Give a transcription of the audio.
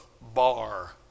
bar